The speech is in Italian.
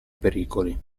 pericoli